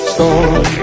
Storm